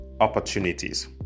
opportunities